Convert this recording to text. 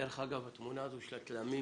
דרך אגב, התמונה הזו של התלמים